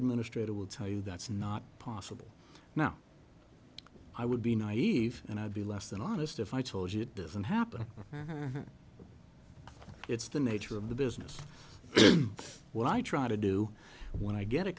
administrator would tell you that's not possible now i would be naive and i'd be less than honest if i told you it doesn't happen it's the nature of the business what i try to do when i get it